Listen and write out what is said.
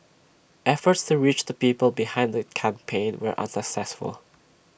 efforts to reach the people behind that campaign were unsuccessful